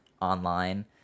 online